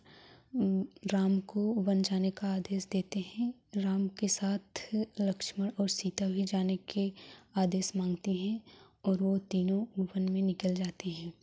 राम को वन जाने का आदेश देते हैं राम के साथ लक्ष्मण और सीता भी जाने के आदेश माँगते हैं और वे तीनों वन में निकल जाते हैं